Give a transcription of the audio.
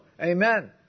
Amen